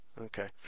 Okay